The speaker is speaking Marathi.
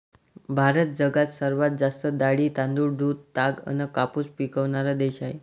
भारत जगात सर्वात जास्त डाळी, तांदूळ, दूध, ताग अन कापूस पिकवनारा देश हाय